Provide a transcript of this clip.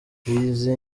izi